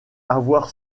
avoir